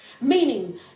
Meaning